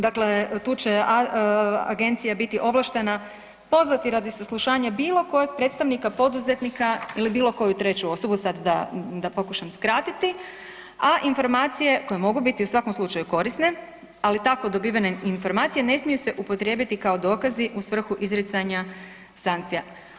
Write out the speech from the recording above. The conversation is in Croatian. Dakle, tu će agencija biti ovlaštena pozvati radi saslušanja bilo kojeg predstavnika poduzetnika ili bilo koju treću osobu, sad da pokušam skratiti, a informacije koje mogu biti u svakom slučaju korisne, ali tako dobivene informacije ne smiju se upotrijebiti kao dokazi u svrhu izricanja sankcija.